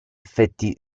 effetti